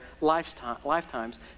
lifetimes